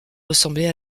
ressemblait